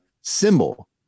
symbol